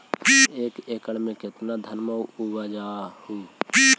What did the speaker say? एक एकड़ मे कितना धनमा उपजा हू?